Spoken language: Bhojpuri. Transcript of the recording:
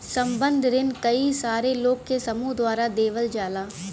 संबंद्ध रिन कई सारे लोग के समूह द्वारा देवल जाला